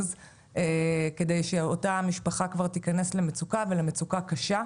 כדי שאותה משפחה כבר תיכנס למצוקה ולמצוקה קשה.